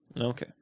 Okay